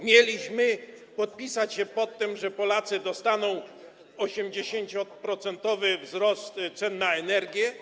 Mieliśmy podpisać się pod tym, że Polacy dostaną 80-procentowy wzrost cen energii?